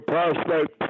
Prospect